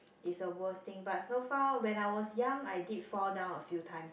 is a worst thing but so far when I was young I did fall down a few times lah